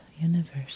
universe